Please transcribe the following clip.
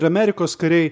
ir amerikos kariai